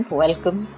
welcome